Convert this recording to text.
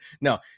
No